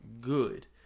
good